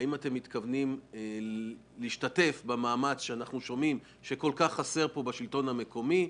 האם אתם מתכוונים להשתתף במאמץ שאנחנו שומעים שכל כך חסר בשלטון המקומי?